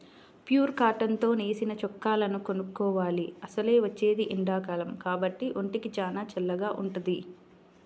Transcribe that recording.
pure cotton తో నేసిన చొక్కాలను కొనుక్కోవాలి, అసలే వచ్చేది ఎండాకాలం కాబట్టి ఒంటికి చానా చల్లగా వుంటది